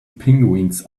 penguins